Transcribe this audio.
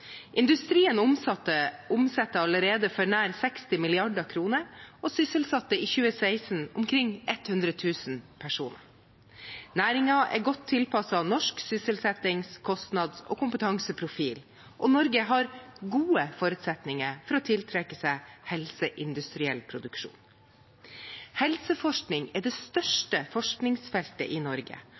Industrien omsetter allerede for nær 60 mrd. kr og sysselsatte i 2016 omkring 100 000 personer. Næringen er godt tilpasset norsk sysselsettings-, kostnads- og kompetanseprofil, og Norge har gode forutsetninger for å tiltrekke seg helseindustriell produksjon. Helseforskning er det største forskningsfeltet i Norge,